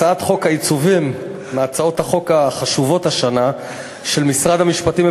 הצעת חוק העיצובים היא מהצעות החוק החשובות השנה של משרד המשפטים.